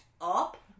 up